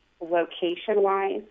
location-wise